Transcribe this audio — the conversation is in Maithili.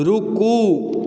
रुकू